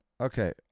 Okay